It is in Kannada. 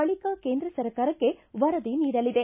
ಬಳಿಕ ಕೇಂದ್ರ ಸರ್ಕಾರಕ್ಕೆ ವರದಿ ನೀಡಲಿದೆ